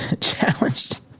challenged –